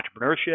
entrepreneurship